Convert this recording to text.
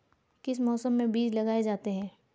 किस मौसम में बीज लगाए जाते हैं?